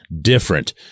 different